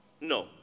No